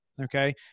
Okay